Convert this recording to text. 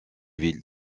ville